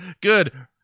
good